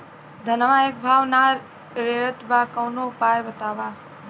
धनवा एक भाव ना रेड़त बा कवनो उपाय बतावा?